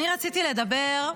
רציתי לדבר,